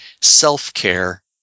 self-care